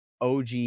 OG